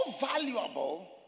valuable